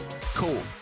Cool